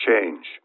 change